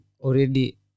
already